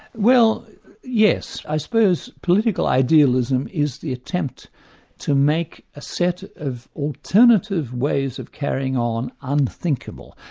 well yes, i suppose political idealism is the attempt to make a set of alternative ways of carrying on unthinkable.